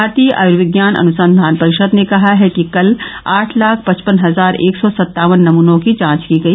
भारतीय आयूर्विज्ञान अनुसंघान परिषद ने कहा है कि कल आठ लाख पचपन हजार एक सौ सत्तावन नमूनों की जांच की गई